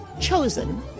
chosen